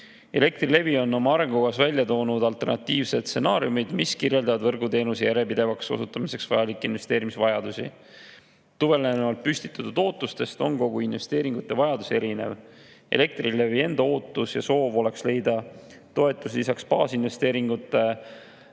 Elektrilevi on oma arengukavas välja toonud alternatiivsed stsenaariumid, mis kirjeldavad võrguteenuse järjepidevaks osutamiseks vajalikke investeeringuid. Tulenevalt püstitatud ootustest on kogu investeeringuvajadus erinev. Elektrilevi enda ootus ja soov oleks leida toetust lisaks baasinvesteeringute rahuldamiseks